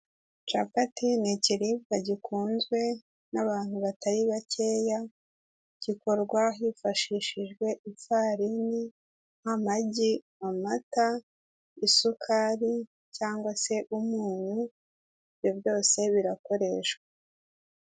Capati ni ikiribwa gikunzwe n'abantu batari bakeya, gikorwa hifashishijwe ifarini, amagi, amata, isukari cyangwa se umunyu ibyo byose birakoreshwa.